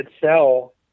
sell